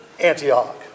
Antioch